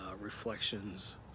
reflections